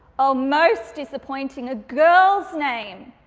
oh most disappointing, a girl's name